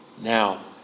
Now